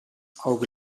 auge